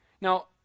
Now